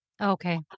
Okay